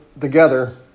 together